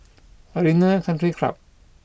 Arena Country Club